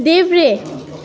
देब्रे